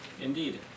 Indeed